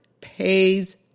pays